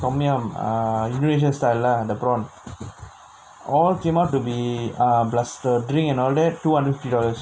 tom yum err indonesia thailand leh அந்த:antha prawn all came out to be plus the drink and all that two hundred fifty dollars